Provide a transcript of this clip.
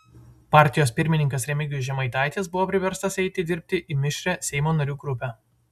partijos pirmininkas remigijus žemaitaitis buvo priverstas eiti dirbti į mišrią seimo narių grupę